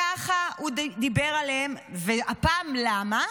ככה הוא דיבר עליהם, והפעם למה?